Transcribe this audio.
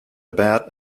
about